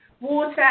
water